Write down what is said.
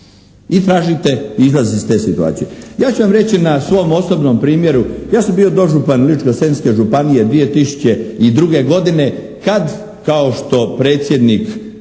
I tražite izlaz iz te situacije. Ja ću vam reći na svom osobnom primjeru, ja sam bio dožupan Ličko-Senjske županije 2002. godine kad kao što predsjednik